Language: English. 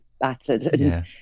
battered